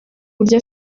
buryo